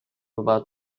about